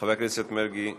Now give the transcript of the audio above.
חבר הכנסת מרגי,